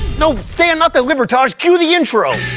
no, stan, not the libertage, cue the intro!